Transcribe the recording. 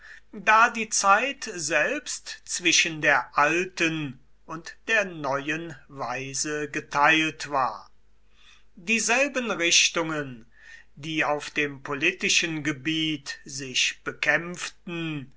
da die zeit selbst zwischen der alten und der neuen weise geteilt war dieselben richtungen die auf dem politischen gebiet sich bekämpften